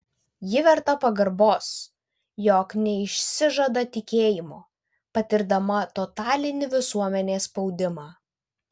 ji verta pagarbos jog neišsižada tikėjimo patirdama totalinį visuomenės spaudimą